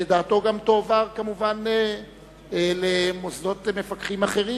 ודעתו גם תועבר כמובן למוסדות מפקחים אחרים,